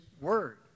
word